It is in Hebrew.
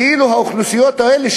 כאילו האוכלוסיות האלה,